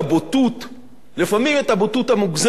לפעמים את הבוטות המוגזמת והחריפה.